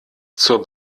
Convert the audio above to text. zur